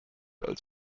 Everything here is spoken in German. als